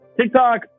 TikTok